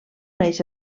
coneix